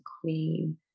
queen